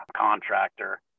contractor